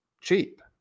cheap